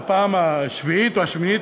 בפעם השביעית או השמינית,